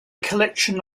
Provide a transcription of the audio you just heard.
collection